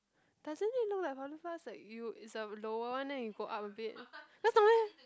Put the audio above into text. doesn't it look like public bus like you is a lower one then you go up a bit cause normally